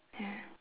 ya